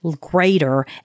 greater